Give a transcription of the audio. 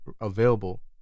available